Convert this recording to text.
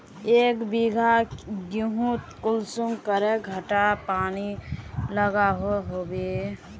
एक बिगहा गेँहूत कुंसम करे घंटा पानी लागोहो होबे?